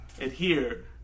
adhere